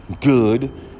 Good